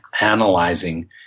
analyzing